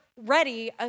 ready